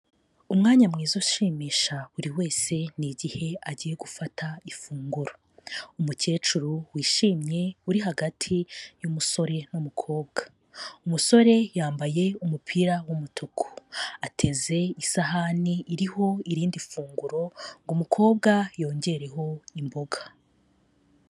Umwanya mwiza ushimisha buri wese ni igihe agiye gufata ifunguro, umukecuru wishimye uri hagati y'umusore n'umukobwa, umusore yambaye umupira w'umutuku, ateze isahani iriho irindi funguro ngo umukobwa yongereho imboga.